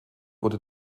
wurde